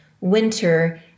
winter